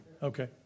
Okay